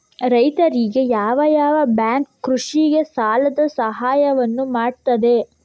ರೈತರಿಗೆ ಯಾವ ಯಾವ ಬ್ಯಾಂಕ್ ಕೃಷಿಗೆ ಸಾಲದ ಸಹಾಯವನ್ನು ಮಾಡ್ತದೆ?